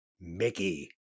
Mickey